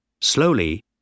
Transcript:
Slowly